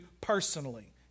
personally